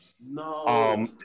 No